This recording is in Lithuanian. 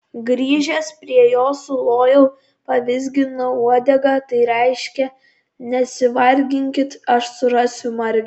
grįžęs prie jo sulojau pavizginau uodegą tai reiškė nesivarginkit aš surasiu margę